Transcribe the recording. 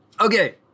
Okay